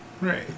Right